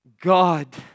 God